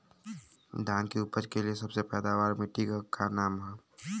धान की उपज के लिए सबसे पैदावार वाली मिट्टी क का नाम ह?